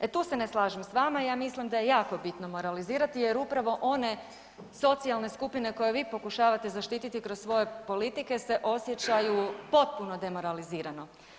E tu se ne slažem s vama, ja mislim da je jako bitno moralizirati jer upravo one socijalne skupine koje vi pokušavate zaštititi kroz svoje politike se osjećaju potpuno demoralizirano.